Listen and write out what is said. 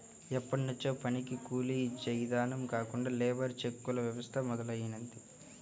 ఎప్పట్నుంచో పనికి కూలీ యిచ్చే ఇదానం కాకుండా లేబర్ చెక్కుల వ్యవస్థ మొదలయ్యింది